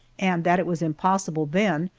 and that it was impossible then,